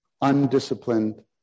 Undisciplined